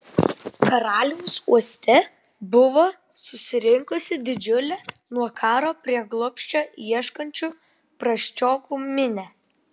karaliaus uoste buvo susirinkusi didžiulė nuo karo prieglobsčio ieškančių prasčiokų minia